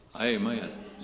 Amen